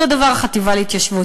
החטיבה להתיישבות.